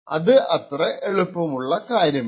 ഇത് അത്രേ എളുപ്പമല്ല